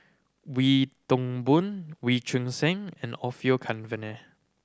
Wee Toon Boon Wee Choon Seng and Orfeur Cavenagh